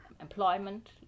employment